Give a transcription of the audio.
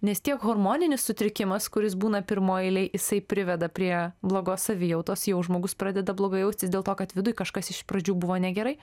nes tiek hormoninis sutrikimas kuris būna pirmoj eilėj jisai priveda prie blogos savijautos jau žmogus pradeda blogai jaustis dėl to kad viduj kažkas iš pradžių buvo negerai